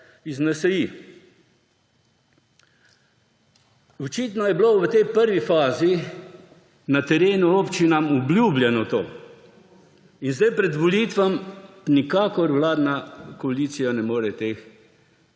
Očitno je bilo v tej prvi fazi na terenu občinam obljubljeno to, zdaj pred volitvami pa nikakor vladna koalicija ne more teh obljub